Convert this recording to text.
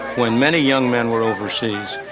when many young men were overseas,